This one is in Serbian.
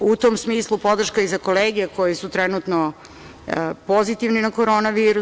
U tom smislu, podrška i za kolege koji su trenutno pozitivni na korona virus.